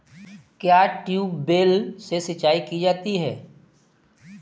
क्या ट्यूबवेल से सिंचाई की जाती है?